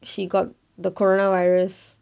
she got the corona virus